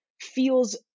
feels